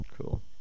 Cool